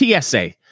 tsa